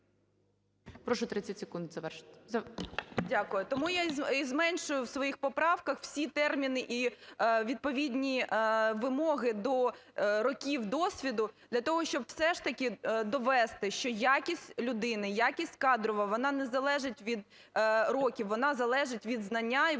Прошу 30 секунд завершити. СОТНИК О.С. Дякую. Тому я і зменшую в своїх поправках всі терміни і відповідні вимоги до років досвіду, для того, щоб все ж таки довести, що якість людини, якість кадрова, вона не залежить від років, вона залежить від знання і вона